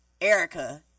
Erica